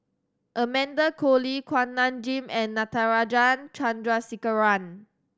Amanda Koe Lee Kuak Nam Jin and Natarajan Chandrasekaran